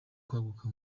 kwaguka